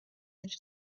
ერთ